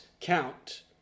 count